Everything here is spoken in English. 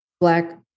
Black